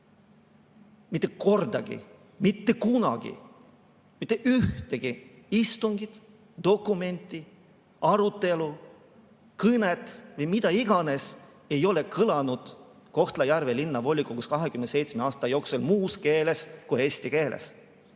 Mitte kordagi, mitte kunagi, mitte ühtegi istungit, dokumenti, arutelu, kõnet või mida iganes ei ole Kohtla-Järve Linnavolikogus 27 aasta jooksul olnud muus keeles kui eesti keeles,